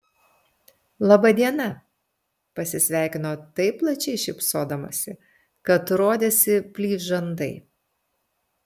laba diena pasisveikino taip plačiai šypsodamasi kad rodėsi plyš žandai